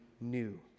new